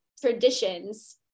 traditions